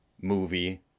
movie